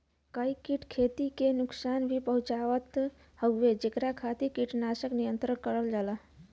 कई कीट खेती के नुकसान भी पहुंचावत हउवन जेकरे खातिर कीटनाशक नियंत्रण करल जाला